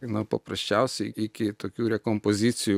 na paprasčiausiai iki tokių rekompozicijų